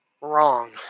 Wrong